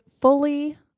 fully